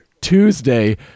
Tuesday